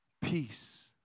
peace